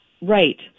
Right